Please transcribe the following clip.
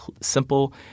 simple